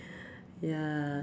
yeah